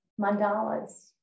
mandalas